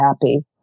happy